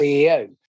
CEO